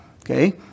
Okay